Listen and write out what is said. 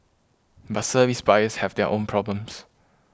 but service buyers have their own problems